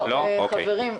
חברים.